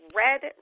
red